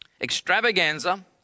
extravaganza